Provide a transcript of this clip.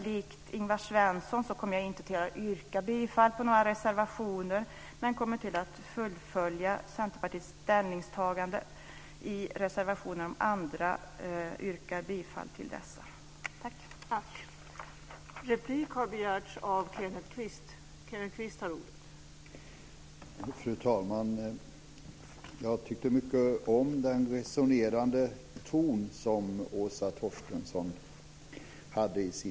Likt Ingvar Svensson kommer jag inte att yrka på godkännande till anmälan i några reservationer, men jag kommer att fullfölja Centerpartiets ställningstagande i reservationerna om andra yrkar på godkännande till anmälan i dessa.